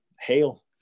Hail